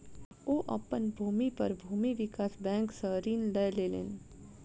ओ अपन भूमि पर भूमि विकास बैंक सॅ ऋण लय लेलैन